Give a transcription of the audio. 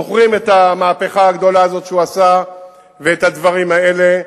זוכרים את המהפכה הגדולה הזאת שהוא עשה ואת הדברים האלה.